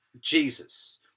Jesus